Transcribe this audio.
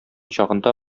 чагында